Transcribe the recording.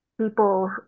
people